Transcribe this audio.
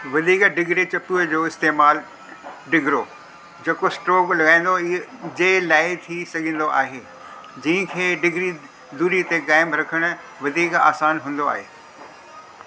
वधीक ड्रिघे चपू जो इस्त मालु ड्रिघो झको स्ट्रोक लगा॒यणु जे लाइ थी सघंदो आहे जंहिंखे ड्रिघी दूरी ते क़ाइम रखण वधीक आसान हूंदो आहे